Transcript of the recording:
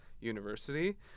University